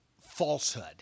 falsehood